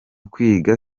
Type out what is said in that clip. kwiga